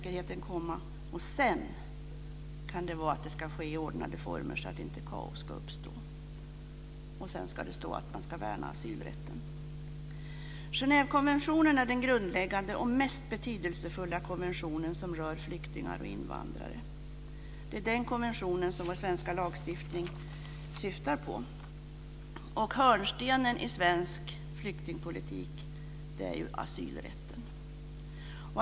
Först sedan ska det föreskrivas att handläggningen ska ske i ordnade former, så att kaos inte uppstår. Därefter ska det fastläggas att asylrätten ska värnas. Genèvekonventionen är den grundläggande och mest betydelsefulla konvention som rör flyktingar och invandrare. Det är den konventionen som vår svenska lagstiftning bygger på. Hörnstenen i svensk flyktingpolitik är asylrätten.